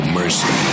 mercy